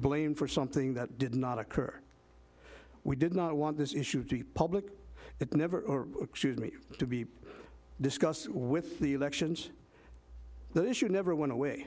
blamed for something that did not occur we did not want this issue to the public that never or should meet to be discussed with the elections the issue never went away